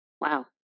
wow